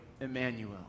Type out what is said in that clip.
Emmanuel